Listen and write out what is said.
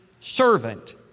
servant